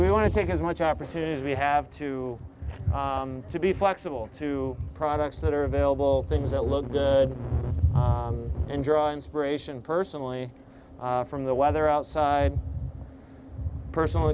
we want to take as much opportunity as we have to to be flexible to products that are available things that look good and draw inspiration personally from the weather outside personal